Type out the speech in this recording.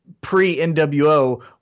pre-NWO